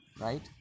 right